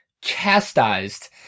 chastised